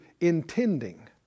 intending